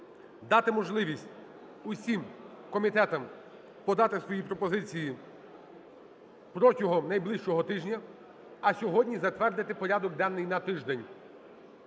дати можливість усім комітетам подати свої пропозиції протягом найближчого тижня, а сьогодні затвердити порядок денний на тиждень.